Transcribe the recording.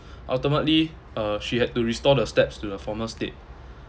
ultimately uh she had to restore the steps to the former state